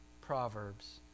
proverbs